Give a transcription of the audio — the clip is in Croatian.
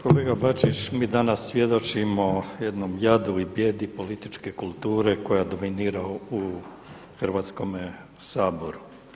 Kolega Bačić, mi danas svjedočimo jednom jadu i bijedi političke kulture koja dominira u Hrvatskome saboru.